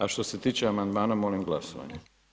A što se tiče amandmana, molim glasovanje.